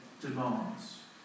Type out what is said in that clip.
demands